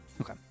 Okay